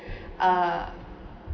uh